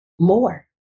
more